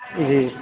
جی